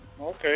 Okay